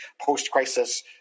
post-crisis